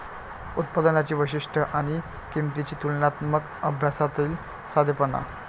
उत्पादनांची वैशिष्ट्ये आणि किंमतींच्या तुलनात्मक अभ्यासातील साधेपणा